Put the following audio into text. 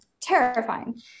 Terrifying